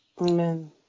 Amen